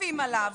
כופים עליו.